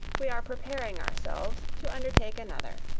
we are preparing ourselves to undertake another.